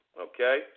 Okay